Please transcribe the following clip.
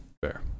Fair